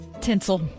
Tinsel